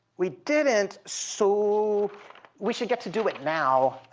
we didn't, so we should get to do it now.